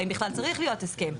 האם בכלל צריך להיות הסכם?